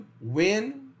win